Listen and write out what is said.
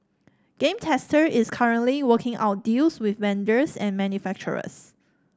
Game Tester is currently working out deals with vendors and manufacturers